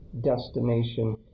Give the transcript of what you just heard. destination